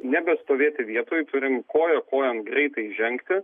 nebestovėti vietoj turime koja kojon greitai žengti